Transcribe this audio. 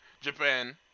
Japan